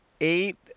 eight